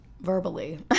verbally